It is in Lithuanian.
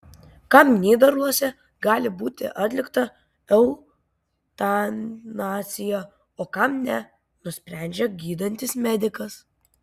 kam nyderlanduose gali būti atlikta eutanazija o kam ne nusprendžia gydantis medikas